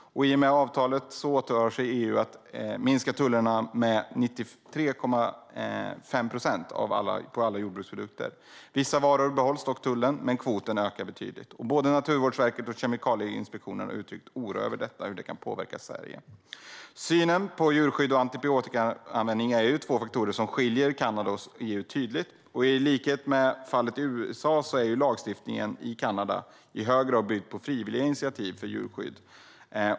I och med avtalet ådrar sig EU att minska tullarna med 93,5 procent på alla jordbruksprodukter. På vissa varor behålls dock tullen, men kvoten ökar betydligt. Både Naturvårdsverket och Kemikalieinspektionen har uttryckt oro över hur detta kan påverka Sverige. Synen på djurskydd och antibiotikaanvändning är ju två faktorer som tydligt skiljer Kanada och EU. I likhet med fallet USA är lagstiftningen i Kanada i hög grad byggd på frivilliga initiativ för djurskydd.